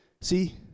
See